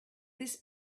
this